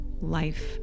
life